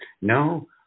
No